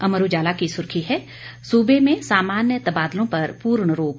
अमर उजाला की सुर्खी है सूबे में सामान्य तबादलों पर पूर्ण रोक